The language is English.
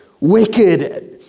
wicked